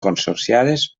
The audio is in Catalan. consorciades